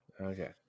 Okay